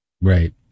Right